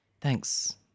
Thanks